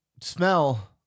smell